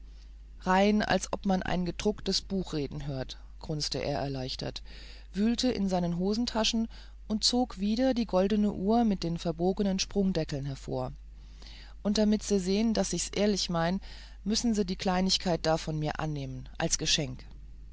rein als ob man ein gedrücktes buch reden hört grunzte er erleichtert wühlte in seinen hosentaschen und zog wieder die goldene uhr mit den verbogenen sprungdeckeln hervor und damit sie sehen ich mein's ehrlich müssen sie die kleinigkeit da von mir annehmen als geschenk